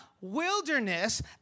wilderness